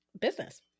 business